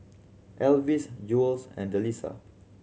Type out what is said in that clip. Elvis Jewell's and Delisa